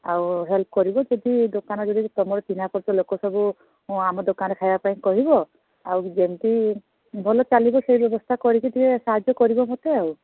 ଆଉ ହେଲ୍ପ୍ କରିବ ସେଇଠି ଦୋକାନ ଯଦି ତୁମର ଚିହ୍ନା ପରିଚୟ ଲୋକ ସବୁ ଆମ ଦୋକାନରେ ଖାଇବା ପାଇଁ କହିବ ଆଉ ଯେମତି ଭଲ ଚାଲିବ ସେ ବ୍ୟବସ୍ଥା କରିକି ଟିକିଏ ସାହାଯ୍ୟ କରିବ ମୋତେ ଆଉ